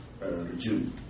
regime